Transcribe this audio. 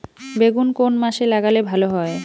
বেগুন কোন মাসে লাগালে ভালো হয়?